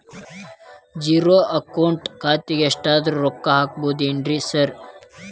Zero account ಖಾತ್ಯಾಗ ಎಷ್ಟಾದ್ರೂ ರೊಕ್ಕ ಹಾಕ್ಬೋದೇನ್ರಿ ಸಾರ್?